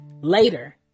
later